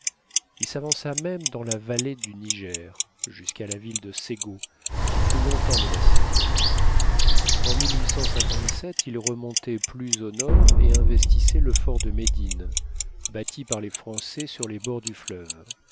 il s'avança même dans la vallée du niger jusqu'à la ville de sego qui fut longtemps menacée en il remontait plus au nord et investissait le fort de médine bâti par les français sur les bords du fleuve